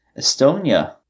Estonia